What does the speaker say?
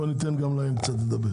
בוא ניתן גם להם לדבר